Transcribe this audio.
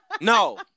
no